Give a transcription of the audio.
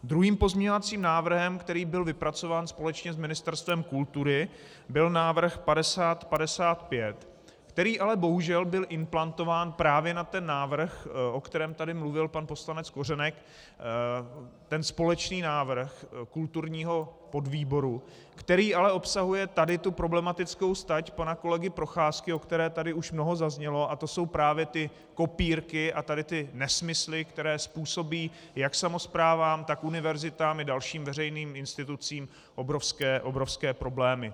Druhým pozměňovacím návrhem, který byl vypracován společně s Ministerstvem kultury, byl návrh 5055, který ale bohužel byl implantován právě na ten návrh, o kterém tady mluvil pan poslanec Kořenek, ten společný návrh kulturního podvýboru, který ale obsahuje tady tu problematickou stať pana kolegy Procházky, o které tady už mnoho zaznělo, a to jsou právě ty kopírky a tady ty nesmysly, které způsobí jak samosprávám, tak univerzitám i dalším veřejným institucím obrovské problémy.